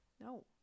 no